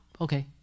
Okay